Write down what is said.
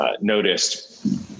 noticed